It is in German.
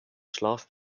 schlaf